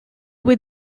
would